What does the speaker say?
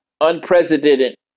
unprecedented